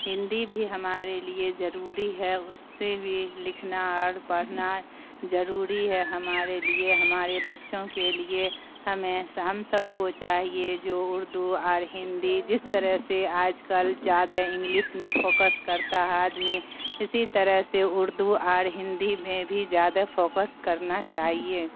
ہندی بھی ہمارے لیے ضروری ہے اس سے بھی لکھنا اور پڑھنا ضروری ہے ہمارے لیے ہمارے بچوں کے لیے ہمیں ہم سب کو چاہیے جو اردو اور ہندی جس طرح سے آج کل زیادہ انگلس میں فوکس کرتا آدمی اسی طرح سے اردو اور ہندی میں بھی زیادہ فوکس کرنا چاہیے